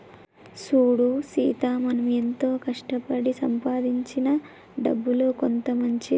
సూడు సీత మనం ఎంతో కష్టపడి సంపాదించిన డబ్బులో కొంత మంచిది